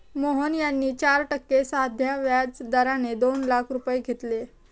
मोहन यांनी चार टक्के साध्या व्याज दराने दोन लाख रुपये घेतले